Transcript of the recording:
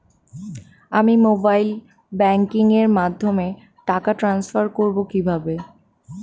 আমি mobile banking এর মাধ্যমে টাকা টান্সফার করব কিভাবে?